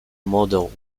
model